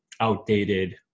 outdated